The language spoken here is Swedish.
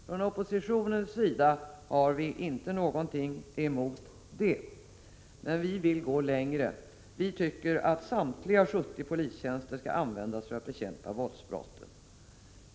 Från oppositionens sida har vi inte något emot det, men vi vill gå längre och anser att samtliga 70 nya polistjänster bör användas för att bekämpa våldsbrotten.